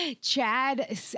Chad